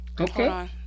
Okay